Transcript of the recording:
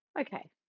Okay